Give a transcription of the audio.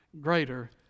greater